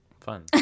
fun